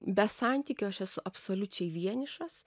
be santykio aš esu absoliučiai vienišas